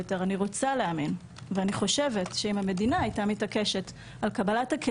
אני מבקשת ומציעה שאולי נחשוב על דרכים